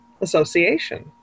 association